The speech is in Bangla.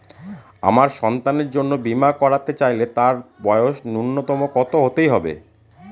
আমার সন্তানের জন্য বীমা করাতে চাইলে তার বয়স ন্যুনতম কত হতেই হবে?